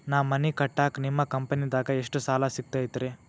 ನಾ ಮನಿ ಕಟ್ಟಾಕ ನಿಮ್ಮ ಕಂಪನಿದಾಗ ಎಷ್ಟ ಸಾಲ ಸಿಗತೈತ್ರಿ?